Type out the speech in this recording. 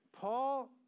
Paul